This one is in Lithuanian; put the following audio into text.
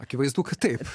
akivaizdu kad taip